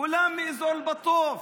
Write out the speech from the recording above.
כולם מאזור אל-בטוף.